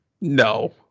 No